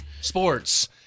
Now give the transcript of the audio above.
Sports